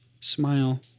smile